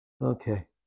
okay